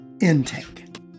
intake